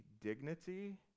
dignity